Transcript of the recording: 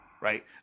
Right